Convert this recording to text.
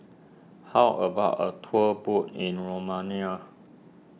how about a tour boat in Romania